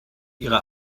ihre